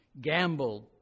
gambled